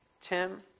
Tim